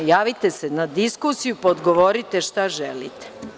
Javite se na diskusiju, pa odgovorite šta želite.